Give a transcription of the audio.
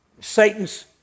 Satan's